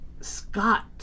Scott